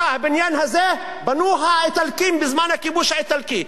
את הבניין הזה בנו האיטלקים בזמן הכיבוש האיטלקי,